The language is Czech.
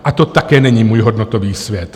A to také není můj hodnotový svět.